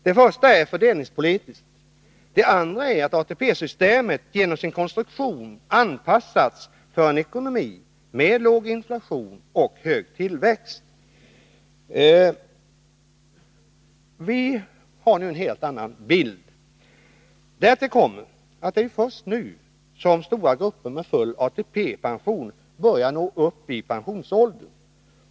Det första skälet är fördelningspolitiskt. Det andra är att ATP-systemet genom sin konstruktion anpassats för en ekonomi med låg inflation och hög tillväxt. Vi har nu en helt annan bild. Därtill kommer att det är först nu som stora grupper med full ATP-pension börjar nå upp i pensionsåldern.